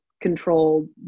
control